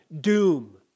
doom